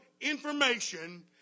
information